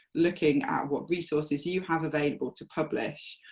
looking at what resources you you have available to publish,